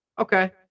Okay